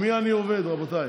עם מי אני עובד, רבותיי?